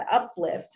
uplift